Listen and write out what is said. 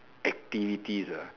activities ah